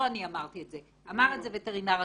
לא אני אמרתי את זה אלא אמר את זה וטרינר ראשי.